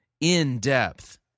in-depth